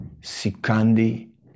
Sikandi